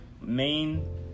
main